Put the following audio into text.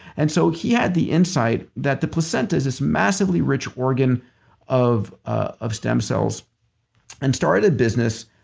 and so he had the insight that the placenta is this massively rich organ of of stem cells and started a business